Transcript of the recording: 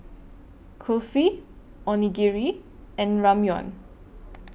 Kulfi Onigiri and Ramyeon